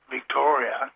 Victoria